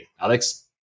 Alex